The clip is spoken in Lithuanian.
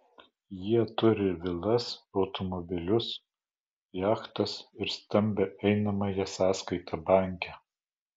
jie turi vilas automobilius jachtas ir stambią einamąją sąskaitą banke